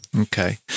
Okay